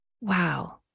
Wow